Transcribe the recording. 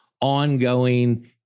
ongoing